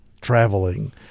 traveling